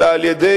אלא על-ידי